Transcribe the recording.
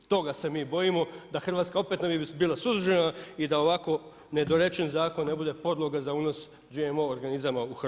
Toga se mi bojimo, da Hrvatska opet ne bi bila suzdržana i da ovako nedorečen zakon ne bude podloga za unos GMO organizama u Hrvatskoj.